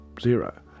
zero